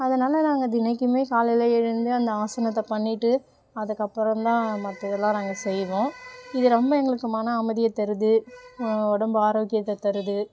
அதனால் நாங்கள் தினைக்குமே காலையில் எழுந்து அந்த ஆசனத்தை பண்ணிவிட்டு அதுக்கப்புறம் தான் மற்றதுல்லாம் நாங்கள் செய்வோம் இது ரொம்ப எங்களுக்கு மன அமைதியை தருது உடம்பு ஆரோக்கியத்தை தருது